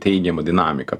teigiamą dinamiką